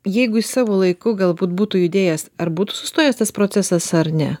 jeigu jis savo laiku galbūt būtų judėjęs ar būtų sustojęs tas procesas ar ne